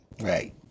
Right